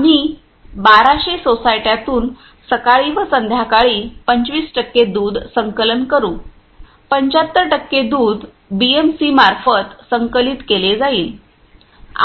आम्ही १२०० सोसायट्यांतून सकाळी व संध्याकाळी 25 टक्के दूध संकलन करू 75 टक्के दूध बीएमसीमार्फत संकलित केले जाईल